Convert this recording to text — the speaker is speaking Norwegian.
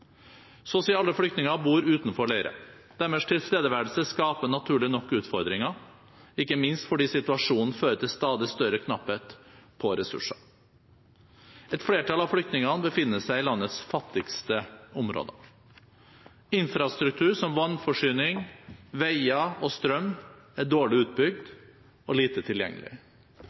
Så å si alle flyktningene bor utenfor leirer. Deres tilstedeværelse skaper naturlig nok utfordringer, ikke minst fordi situasjonen fører til stadig større knapphet på ressurser. Et flertall av flyktningene befinner seg i landets fattigste områder. Infrastruktur som vannforsyning, veier og strøm er dårlig utbygd og lite tilgjengelig.